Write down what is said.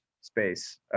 space